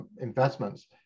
investments